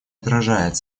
отражает